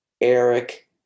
Eric